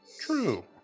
True